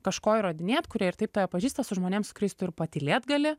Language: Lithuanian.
kažko įrodinėt kurie ir taip tave pažįsta su žmonėm su kuriais tu ir patylėt gali